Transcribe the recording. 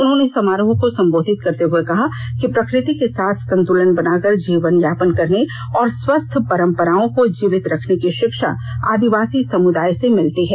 उन्होंने समारोह को संबोधित करते हुए कहा कि प्रकृति के साथ संतुलन बनाकर जीवन यापन करने और स्वस्थ्य परंपराओं को जीवित रखने की षिक्षा आदिवासी समुदाय से मिलती है